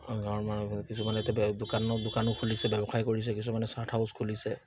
গাঁৱৰ কিছুমানে এতিয়া দোকানৰ দোকানো খুলিছে ব্যৱসায় কৰিছে কিছুমানে চাৰ্ট হাউচ খুলিছে